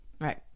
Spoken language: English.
Right